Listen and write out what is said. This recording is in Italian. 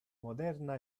moderna